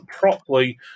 properly